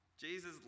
Jesus